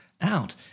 out